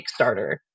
Kickstarter